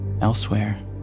elsewhere